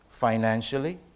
Financially